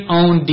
own